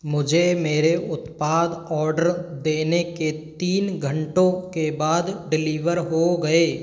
मुझे मेरे उत्पाद आर्डर देने के तीन घंटों के बाद डिलीवर हो गए